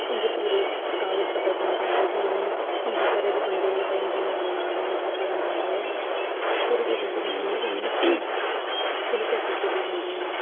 उं'दे पूरे कागज पत्तर बनाए जंदे न कि इ'नेंगी उं'दे घरे दे बंदे पेई इं'दे मां दा नांऽ एह् ऐ पापा दा नां एह् ऐ पूरी फैसिलिटी बनाइयै उ'नेंगी पूरी फैसिलिटी दी जंदी उ'नेंगी